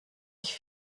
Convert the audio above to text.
ich